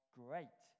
great